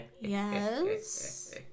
Yes